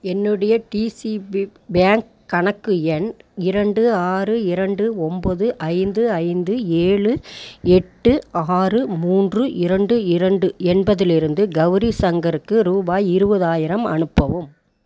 என்னுடைய DCB bank கணக்கு எண் இரண்டு ஆறு இரண்டு ஒம்பது ஐந்து ஐந்து ஏழு எட்டு ஆறு மூன்று இரண்டு இரண்டு என்பதிலிருந்து கௌரி சங்கருக்கு ரூபாய் இருபதாயிரம் அனுப்பவும்